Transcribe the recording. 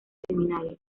seminarios